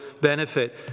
benefit